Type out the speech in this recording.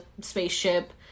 spaceship